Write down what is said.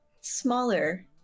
smaller